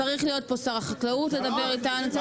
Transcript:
צריך להיות פה שר החקלאות לדבר איתנו.